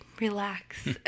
relax